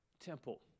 temple